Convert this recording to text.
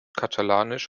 katalanisch